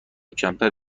کمتر